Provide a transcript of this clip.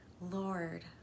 Lord